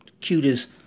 Cutest